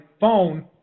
phone